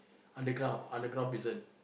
underground underground prison